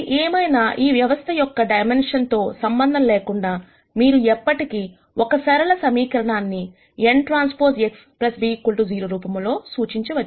ఏది ఏమైనా ఈ వ్యవస్థ యొక్క డైమెన్షన్స్ తో సంబంధం లేకుండా మీరు ఎప్పటికీ ఒక సరళ సమీకరణాన్నిnTX b 0 రూపములో సూచించవచ్చు